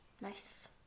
Nice